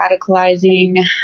radicalizing